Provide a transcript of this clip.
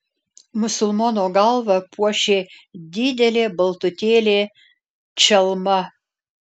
musulmono galvą puošė didelė baltutėlė čalma